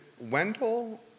Wendell